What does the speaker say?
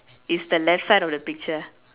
it's the left side of the picture